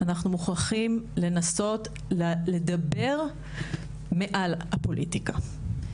אנחנו מוכרחים לנסות לדבר מעל הפוליטיקה.